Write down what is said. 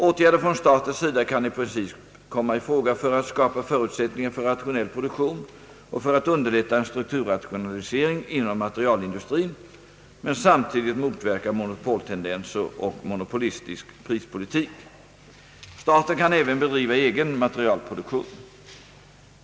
Åtgärder från statens sida kan i princip komma i fråga för att skapa förutsättningar för rationell produktion och för att underlätta en strukturrationalisering inom materialindustrin men samtidigt motverka monopoltendenser och monopolistisk prispolitik. Staten kan även bedriva egen materialproduktion.